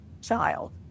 child